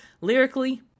lyrically